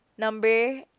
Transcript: number